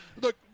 look